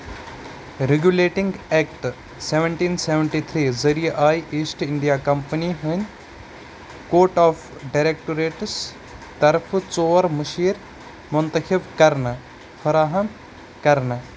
regulating Act seventeen seventy three ذٔریعہٕ آیہِ East India Company ہٕنٛدۍ کوٹ آف ڈایریکٹوریٹٕس طرفہٕ ژور مُشیر مُنتخب كرنہٕ فراہم کرنہٕ